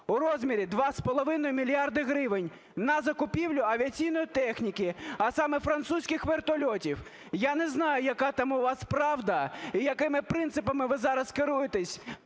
у розмірі 2,5 мільярда гривень на закупівлю авіаційної техніки, а саме французьких вертольотів. Я не знаю, яка там у вас правда і якими принципами ви зараз керуєтесь